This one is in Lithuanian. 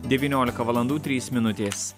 devyniolika valandų trys minutės